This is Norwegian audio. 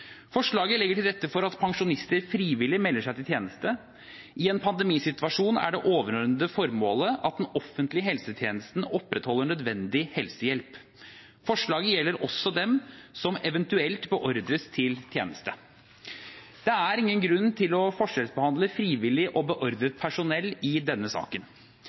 Forslaget legger til rette for at pensjonister frivillig melder seg til tjeneste. I en pandemisituasjon er det overordnede formålet at den offentlige helsetjenesten opprettholder nødvendig helsehjelp. Forslaget gjelder også dem som eventuelt beordres til tjeneste. Det er ingen grunn til å forskjellsbehandle frivillig og beordret personell i denne saken.